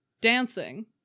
dancing